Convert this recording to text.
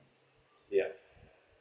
ya